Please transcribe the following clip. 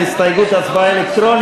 הסתייגויות של חברי הכנסת משה גפני,